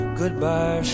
goodbye